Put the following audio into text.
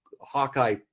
hawkeye